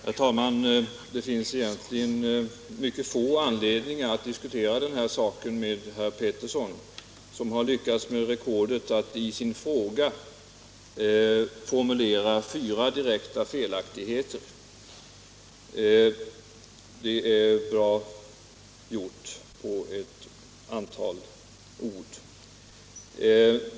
Herr talman! Det finns egentligen mycket få anledningar att diskutera den här saken med herr Pettersson i Lund, som har lyckats med rekordet att i sin fråga formulera fyra direkta felaktigheter. Det är bra gjort på ett begränsat antal ord.